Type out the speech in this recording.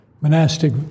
monastic